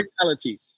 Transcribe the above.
reality